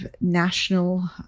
national